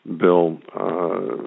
bill